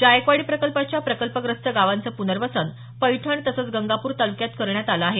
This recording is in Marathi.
जायकवाडी प्रकल्पाच्या प्रकल्पग्रस्त गावांचं प्नर्वसन पैठण तसंच गंगापूर तालुक्यात करण्यात आलं आहे